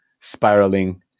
spiraling